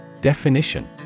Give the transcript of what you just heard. Definition